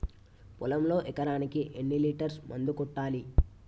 పొలంలో ఎకరాకి ఎన్ని లీటర్స్ మందు కొట్టాలి?